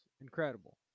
incredible